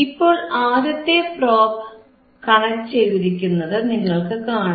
ഇപ്പോൾ ആദ്യത്തെ probe connect ചെയ്തിരിക്കുന്നത് നിങ്ങൾക്കു കാണാം